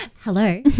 Hello